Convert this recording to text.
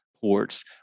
ports